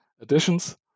additions